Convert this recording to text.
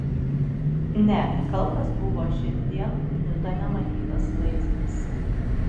ne kaltas buvo šiandien niutone matytas vaizdas